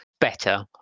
better